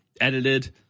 edited